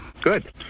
good